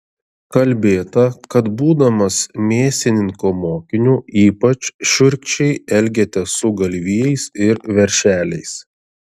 kalbėta kad būdamas mėsininko mokiniu ypač šiurkščiai elgėtės su galvijais ir veršeliais